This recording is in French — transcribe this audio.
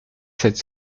sept